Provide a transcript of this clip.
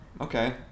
Okay